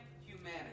humanity